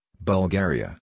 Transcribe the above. Bulgaria